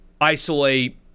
isolate